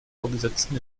vorgesetzten